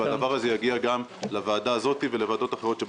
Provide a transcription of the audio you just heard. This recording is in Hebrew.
זה יגיע גם לוועדה הזאת ולוועדות אחרות.